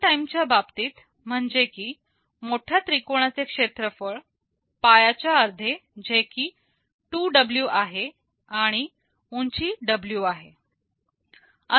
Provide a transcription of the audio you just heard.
on time च्या बाबतीत म्हणजे की मोठ्या त्रिकोणाचे क्षेत्रफळ पायाच्या अर्धे जे की 2W आहे आणि उंची W आहे